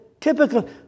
Typical